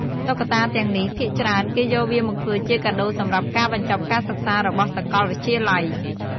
តុក្កតាទាំងនេះ ភាគច្រើនគេយកវាមកធ្វើជាកាដូសម្រាប់ការបញ្ចប់ការសិក្សារបស់សាកលវិទ្យាល័យ។